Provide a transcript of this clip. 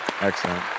Excellent